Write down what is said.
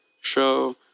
show